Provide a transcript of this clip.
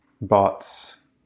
bots